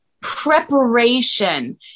Preparation